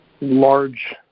Large